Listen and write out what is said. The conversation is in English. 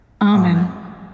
Amen